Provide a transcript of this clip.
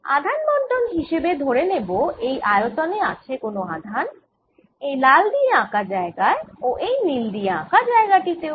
আধান বন্টন হিসেবে ধরে নেব এই আয়তনে আছে কোন আধান এই লাল দিয়ে আঁকা জায়গায় ও এই নীল দিয়ে আঁকা জায়গা টি তেও